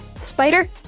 spider